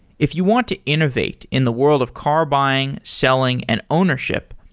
if you want to innovate in the world of car buying, selling and ownership,